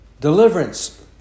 Deliverance